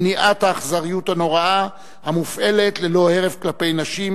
למניעת האכזריות הנוראה המופעלת ללא הרף כלפי נשים,